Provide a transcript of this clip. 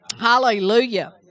Hallelujah